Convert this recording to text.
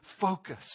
focus